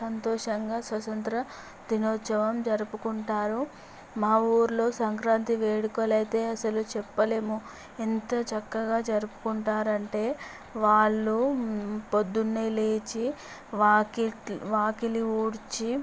సంతోషంగా స్వతంత్ర దినోత్సవం జరుపుకుంటారు మా ఊర్లో సంక్రాంతి వేడుకలు అయితే అసలు చెప్పలేము ఎంతో చక్కగా జరుపుకుంటారంటే వాళ్లు పొద్దున్నే లేచి వాకి వాకిలి ఊడ్చి